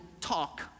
talk